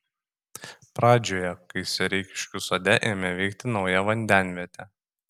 pradžioje kai sereikiškių sode ėmė veikti nauja vandenvietė